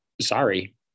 sorry